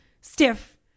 Stiff